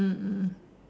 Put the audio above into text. mm mm